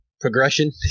progression